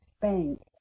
Bank